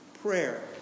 Prayer